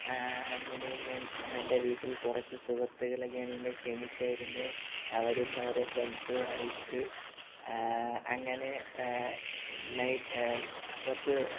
അങ്ങനെ ഞാൻ ഇന്നെൻ്റെ വീട്ടിൽ കുറച്ച് സുഹൃത്തുക്കളെ ഞാനിന്ന് ക്ഷണിച്ചായിരുന്നു അവരും അവരെ ഫ്രണ്ട്സുമായിട്ട് അങ്ങനെ നൈറ്റ് കുറച്ച്